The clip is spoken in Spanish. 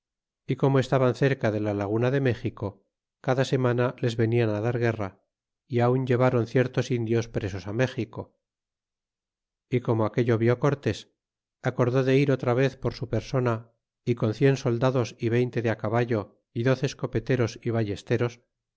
y como estaban cerca de la laguna de méxico cada semana les venían dar guerra y aun ileváron ciertos indios presos méxico y como aquello vi cortes acordó de ir otra vez por su persona y con cien soldados y veinte de caballo y doce escopeteros y ballesteros